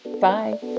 bye